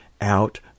out